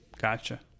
Gotcha